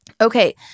Okay